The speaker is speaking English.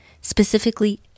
specifically